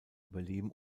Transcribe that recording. überleben